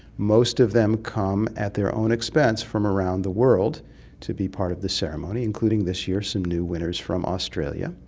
most of them come at their own expense from around the world to be part of the ceremony, including this year some new winners from australia.